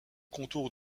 contour